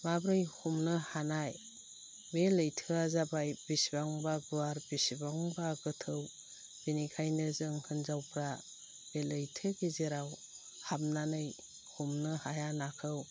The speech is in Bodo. माब्रै हमनो हानाय बे लैथोआ जाबाय बिसिबांबा गुवार बिसिबांबा गोथौ बिनिखायनो जों होन्जावफ्रा बे लैथो गेजेराव हाबनानै हमनो हाया नाखौ